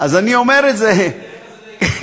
יחסית אליך זה די גבוה.